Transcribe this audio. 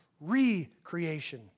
re-creation